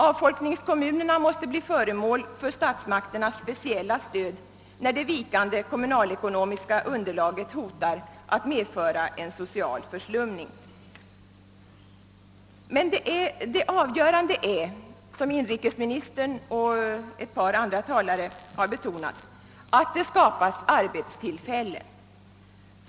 Avfolkningskommunerna måste bli föremål för statsmakternas speciella stöd när det vikande kommunal-ekonomiska underlaget hotar att medföra en social förslumning. Det avgörande är emellertid — vilket inrikesministern och ett par andra talare har betonat — att det skapas arbetstillfällen.